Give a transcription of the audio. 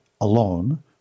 alone